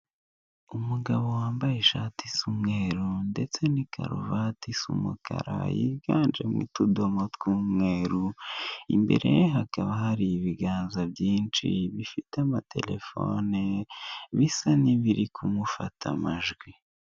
Umugabo wambaye ishati y' umweru ndetse n' ikaruvate isa umukara yiganjemo utudomo tw' umweru imbere ye hakaba hari ibiganza byinshi bifite amaterefone bisa n' ibiri kumufara amajwi.